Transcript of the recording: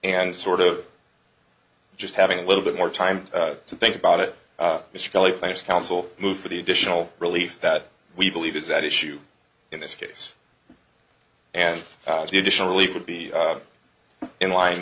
and sort of just having a little bit more time to think about it mr kelly plans counsel move for the additional relief that we believe is that issue in this case and the additional relief would be in line